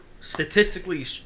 statistically